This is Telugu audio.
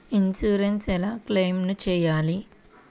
ఇన్సూరెన్స్ ఎలా క్లెయిమ్ చేయాలి?